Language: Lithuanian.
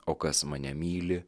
o kas mane myli